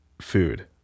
food